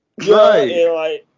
Right